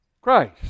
Christ